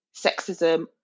sexism